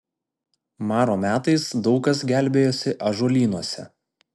maro metais daug kas gelbėjosi ąžuolynuose